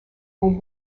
were